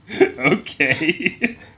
Okay